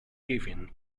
given